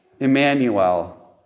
Emmanuel